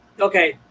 Okay